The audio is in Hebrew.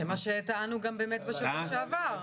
זה מה שטענו גם באמת בשבוע שעבר.